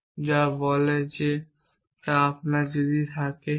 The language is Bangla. এবং এটি যা বলে তা হল আপনার যদি থাকে